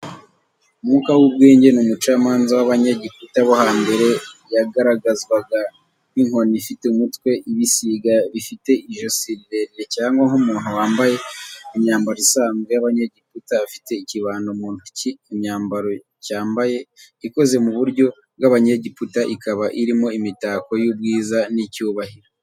Umwuka w'ubwenge n'umucamanza w'Abanyegiputa bo hambere yagaragazwaga nk'inyoni ifite umutwe, ibisiga bifite ijosi rirerire cyangwa nk'umuntu wambaye imyambaro isanzwe y'Abanyegiputa afite ikibando mu ntoki. Imyambaro cyambaye ikoze mu buryo bw'Abanyegiputa ikaba irimo imitako y'ubwiza n'icyubahiro.